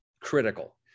critical